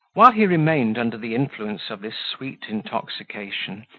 while he remained under the influence of this sweet intoxication,